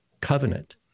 covenant